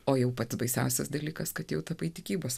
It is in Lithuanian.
o jau pats baisiausias dalykas kad jau tapai tikybos